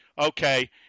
okay